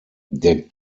der